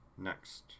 Next